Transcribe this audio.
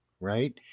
right